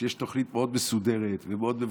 שיש תוכנית מאוד מסודרת ומאוד מבוססת.